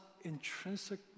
intrinsic